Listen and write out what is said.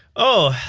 oh!